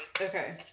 Okay